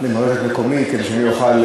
למלא את מקומי כדי שאני אוכל,